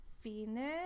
Phoenix